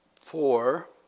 four